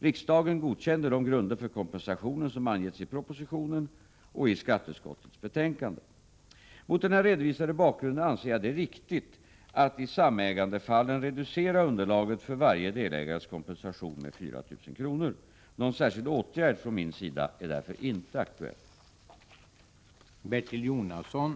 Riksdagen godkände de grunder för kompensationen som angetts i propositionen och skatteutskottets betänkande. Mot den här redovisade bakgrunden anser jag det riktigt att i samägandefallen reducera underlaget för varje delägares kompensation med 4 000 kr. Någon särskild åtgärd från min sida är därför inte aktuell.